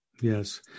Yes